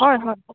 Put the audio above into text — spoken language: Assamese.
হয় হয়